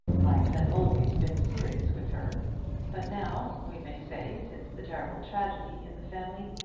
life had always been serious with her but now, we may say, since the terrible tragedy in the family,